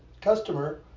customer